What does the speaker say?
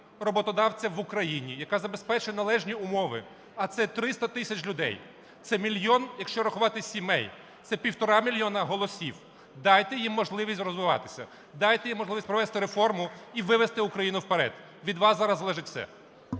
роботодавця в Україні, яка забезпечить належні умови, а це 300 тисяч людей, це мільйон, якщо рахувати сімей, це півтора мільйона голосів, дайте їм можливість розвиватися, дайте їм можливість провести реформу і вивести Україну вперед. Від вас зараз залежить все.